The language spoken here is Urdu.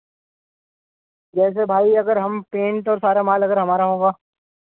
جیسے بھائی اگر ہم پینٹ اور سارا مال اگر ہمارا ہوگا